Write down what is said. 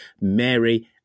Mary